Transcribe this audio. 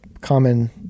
common